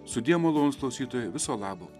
sudie malonūs klausytojai viso labo